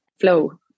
flow